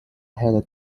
had